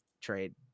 trade